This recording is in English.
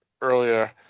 earlier